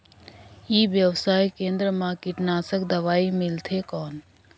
ई व्यवसाय केंद्र मा कीटनाशक दवाई मिलथे कौन?